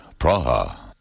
Praha